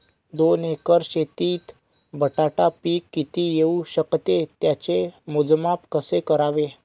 दोन एकर शेतीत बटाटा पीक किती येवू शकते? त्याचे मोजमाप कसे करावे?